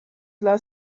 dla